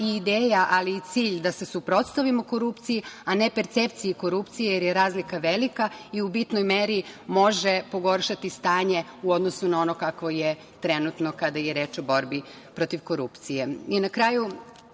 i ideja, ali i cilj da se suprotstavimo korupciji, a ne percepciji korupcije, jer je razlika velika i u bitnoj meri može pogoršati stanje u odnosu na ono kakvo je trenutno, kada je reč o borbi protiv korupcije. Na